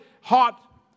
hot